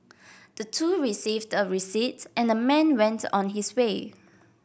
the two received a receipt and the man went on his way